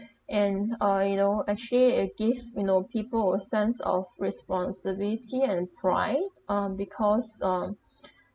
and uh you know actually it give you know people a sense of responsibility and pride um because um